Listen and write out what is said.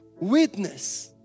witness